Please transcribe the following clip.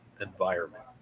environment